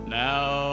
now